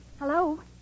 Hello